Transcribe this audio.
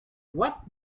what